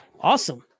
awesome